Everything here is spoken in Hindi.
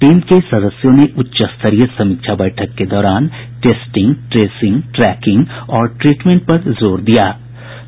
टीम के सदस्यों ने उच्च स्तरीय समीक्षा बैठक के दौरान टेस्टिंग ट्रेसिंग ट्रैकिंग और ट्रीटमेंट पर जोर देने को कहा